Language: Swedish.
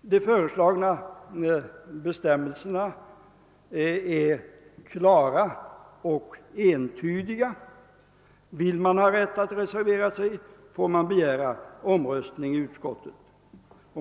De föreslagna bestämmelserna är klara och entydiga: vill man ha rätt att reservera sig får man begära omröstning i utskottet.